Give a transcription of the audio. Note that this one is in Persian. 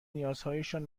نیازهایشان